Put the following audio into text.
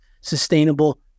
sustainable